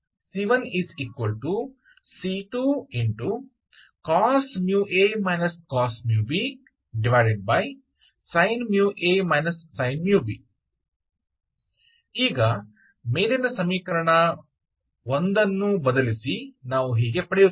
c1c2cos μa cos⁡μbsin μa sin⁡μb ಈಗ ಮೇಲಿನ ಸಮೀಕರಣ ಅನ್ನು ಬದಲಿಸಿ ನಾವು ಹೀಗೆ ಪಡೆಯುತ್ತೇವೆ